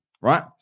Right